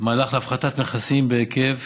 מהלך להפחתת מכסים בהיקף